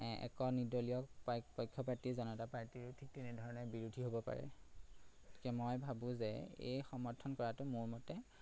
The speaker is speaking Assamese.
এক নিৰ্দলীয় পক্ষ প্ৰাৰ্থী জনতা পাৰ্টীৰ ঠিক তেনেধৰণে বিৰোধী হ'ব পাৰে গতিকে মই ভাবোঁ যে এই সমৰ্থন কৰাটো মোৰ মতে